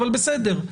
אבל בסדר,